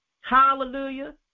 Hallelujah